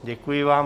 Děkuji vám.